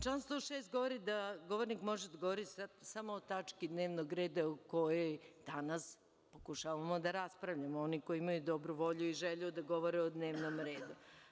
Član 106. govori da govornik može da govori samo o tački dnevnog reda o kojoj danas pokušavamo da raspravljamo, oni koji imaju dobru volju i želju da govore o dnevnom redu.